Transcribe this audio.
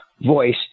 voice